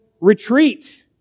retreat